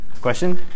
Question